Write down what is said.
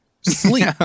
sleep